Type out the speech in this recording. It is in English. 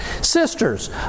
Sisters